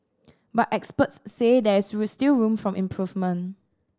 but experts say there is still room for improvement